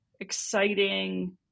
exciting